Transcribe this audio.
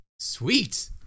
Sweet